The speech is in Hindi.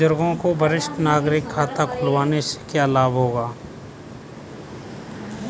बुजुर्गों को वरिष्ठ नागरिक खाता खुलवाने से क्या लाभ होगा?